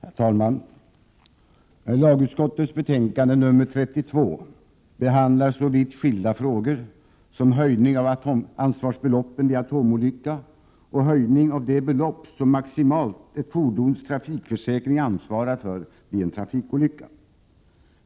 Herr talman! Lagutskottets betänkande 32 behandlar så vitt skilda frågor som höjning av ansvarsbeloppen vid atomolycka och höjning av det belopp som maximalt ett fordons trafikförsäkring ansvarar för vid en trafikolycka.